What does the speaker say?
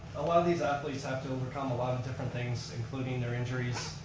a lot of these athletes have to overcome a lot of different things including their injuries.